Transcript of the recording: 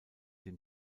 dem